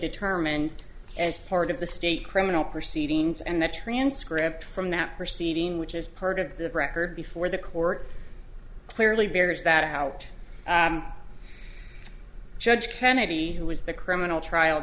determined as part of the state criminal proceedings and that transcript from that proceeding which is part of the record before the court clearly bears that out judge kennedy who was the criminal trial